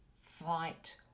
fight